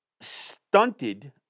stunted